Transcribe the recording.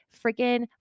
freaking